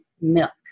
milk